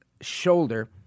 shoulder